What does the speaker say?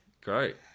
great